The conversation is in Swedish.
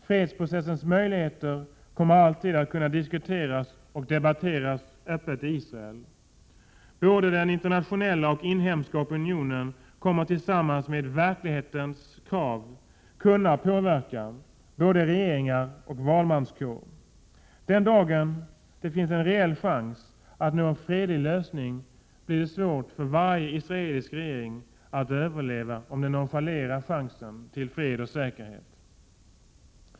Fredsprocessens möjligheter kommer alltid att kunna diskuteras och debatteras öppet i Israel. Både den internationella och den inhemska opinionen kommer tillsammans med verklighetens krav att kunna påverka både regeringar och valmanskår. Den dag det finns en reell chans att nå en fredlig lösning blir det svårt för varje israelisk regering att överleva, om den nonchalerar chansen till fred och säkerhet.